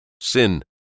Sin